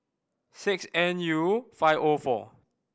six N U five O four